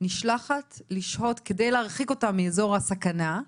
כדי להרחיק אותה מאיזור הסכנה,